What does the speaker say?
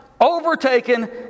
overtaken